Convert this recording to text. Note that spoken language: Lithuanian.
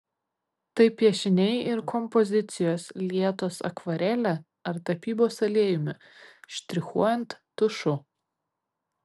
tai piešiniai ir kompozicijos lietos akvarele ar tapybos aliejumi štrichuojant tušu